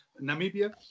Namibia